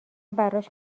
براش